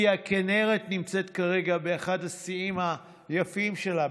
כי הכינרת נמצאת כרגע באחד השיאים היפים שלה,